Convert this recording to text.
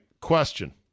question